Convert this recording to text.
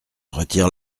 retire